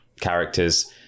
characters